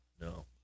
No